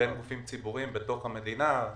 בין גופים ציבוריים בתוך המדינה.